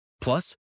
Plus